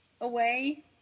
away